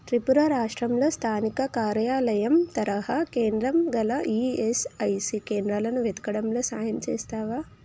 త్రిపుర రాష్టంలో స్థానిక కార్యాలయం తరహా కేంద్రం గల ఈఎస్ఐసి కేంద్రాలను వెతకడంలో సాయం చేస్తావా